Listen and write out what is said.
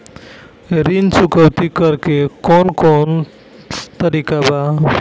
ऋण चुकौती करेके कौन कोन तरीका बा?